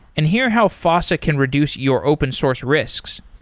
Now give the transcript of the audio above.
and hear how fossa can reduce your open source risks.